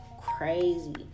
crazy